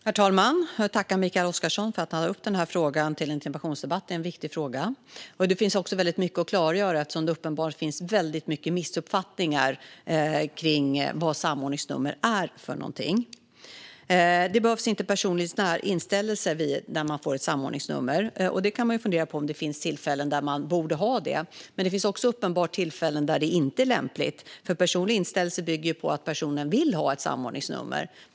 Herr talman! Jag vill tacka Mikael Oscarsson för att han tar upp denna fråga i en interpellationsdebatt. Det är en viktig fråga. Det finns också väldigt mycket att klargöra, eftersom det uppenbarligen finns väldigt många missuppfattningar kring vad samordningsnummer är för något. Det behövs inte personlig inställelse när man får ett samordningsnummer. Man kan fundera på om det finns tillfällen då det borde behövas, men det finns uppenbarligen tillfällen då det inte är lämpligt. Personlig inställelse bygger ju på att personen vill ha ett samordningsnummer.